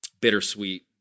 bittersweet